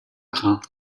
grains